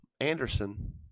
Anderson